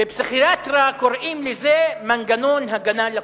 בפסיכיאטריה קוראים לזה: מנגנון הגנה לקוי.